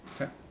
Okay